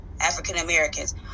African-Americans